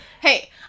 hey